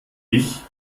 ich